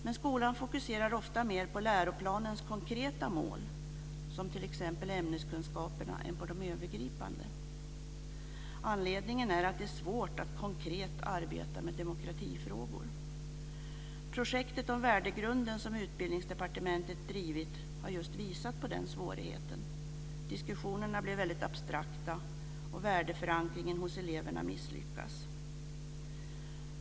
Men skolan fokuserar ofta mer på läroplanens konkreta mål, som t.ex. ämneskunskaperna, än på de övergripande. Anledningen är att det är svårt att konkret arbeta med demokratifrågor. Projekten om värdegrunden, som Utbildningsdepartementet drivit, har just visat den svårigheten. Diskussionerna blev abstrakta, och värdeförankringen hos eleverna misslyckades.